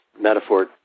metaphor